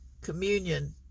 communion